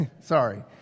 Sorry